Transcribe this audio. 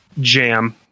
jam